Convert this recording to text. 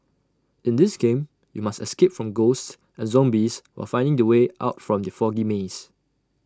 in this game you must escape from ghosts and zombies while finding the way out from the foggy maze